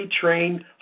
trained